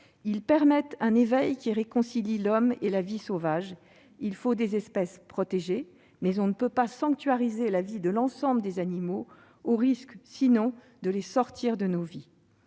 Ils permettent un éveil qui réconcilie l'homme et la vie sauvage. Il faut des espèces protégées. Mais on ne peut pas sanctuariser la vie de l'ensemble des animaux au risque, sinon, de les sortir de nos vies.